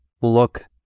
look